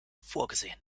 vorgesehen